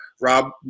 Rob